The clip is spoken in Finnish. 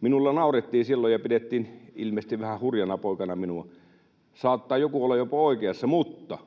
minulle naurettiin silloin — ja pidettiin ilmeisesti vähän hurjana poikana minua, saattaa joku olla jopa oikeassa — mutta